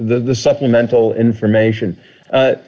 the supplemental information